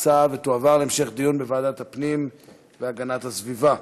ותועבר להמשך דיון בוועדת הפנים והגנת הסביבה.